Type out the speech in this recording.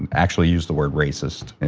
actually use the word racist,